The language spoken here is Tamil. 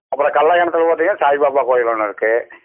அப்புறம் கள்ளக்கெணற்றுல பார்த்தீங்கன்னா சாய் பாபா கோயில் ஒன்று இருக்குது